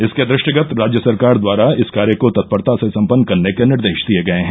इसके दृष्टिगत राज्य सरकार द्वारा इस कार्य को तत्परता से सम्पन्न करने के निर्देश दिए गए हैं